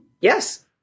Yes